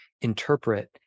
interpret